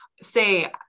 say